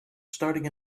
starting